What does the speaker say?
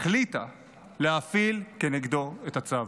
החליטה להפעיל כנגדו את הצו.